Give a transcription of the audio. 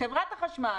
לחברת החשמל,